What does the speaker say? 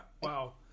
Wow